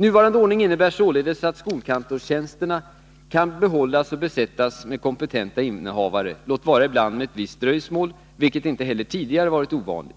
Nuvarande ordning innebär således att skolkantorstjänsterna kan behållas och besättas med kompetenta innehavare — låt vara ibland med visst dröjsmål, vilket inte heller tidigare varit ovanligt.